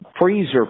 freezer